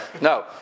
No